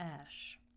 ash